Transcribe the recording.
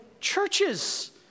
churches